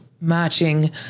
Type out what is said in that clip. matching